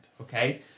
Okay